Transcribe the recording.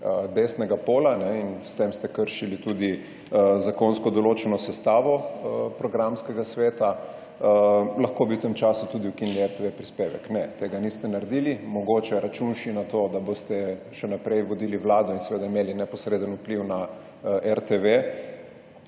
desnega pola, in s tem ste kršili tudi zakonsko določeno sestavo programskega sveta. Lahko bi v tem času tudi ukinili RTV prispevek. Ne, tega niste naredili. Mogoče računši na to, da boste še naprej vodili vlado in seveda imeli neposreden vpliv na RTV.